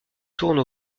tourne